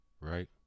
Right